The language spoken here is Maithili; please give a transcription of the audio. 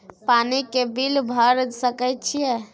पानी के बिल भर सके छियै?